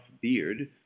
beard